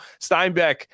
steinbeck